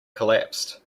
collapsed